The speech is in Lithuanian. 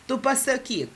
tu pasakyk